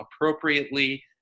appropriately